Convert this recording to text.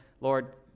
Lord